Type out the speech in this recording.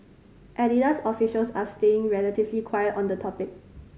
Adidas officials are staying relatively quiet on the topic